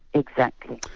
exactly.